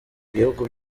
ibihugu